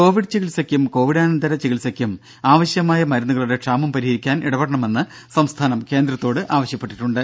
Covid ചികിത്സക്കും കോവിഡാനന്തര ചികിത്സക്കും ആവശ്യമായ മരുന്നുകളുടെ ക്ഷാമം പരിഹരിക്കാൻ ഇടപെടണമെന്ന് സംസ്ഥാനം കേന്ദ്രത്തോട് ആവശ്യപ്പെട്ടിട്ടുണ്ട്